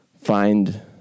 find